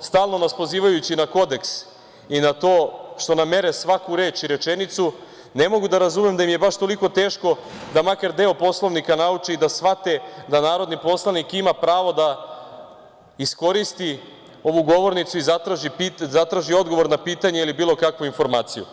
stalno nas pozivajući na Kodeks i na to što nam mere svaku reč i rečenicu, im je baš toliko teško da makar deo Poslovnika nauče i da shvate da narodni poslanik ima pravo da iskoristi ovu govornicu i zatraži odgovor na pitanje ili bilo kakvu informaciju.